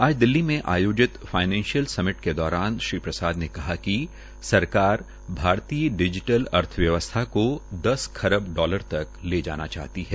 आज दिल्ली में आयोजित फाइनेशियल समिट के दौरान श्री प्रसादने कहा कि सरकार भारतीय डिजीटल अर्थव्यवसथा को दस अरब डालर तक ले जाना चाहती है